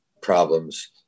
problems